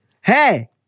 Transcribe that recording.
Hey